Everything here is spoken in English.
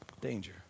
Danger